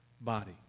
body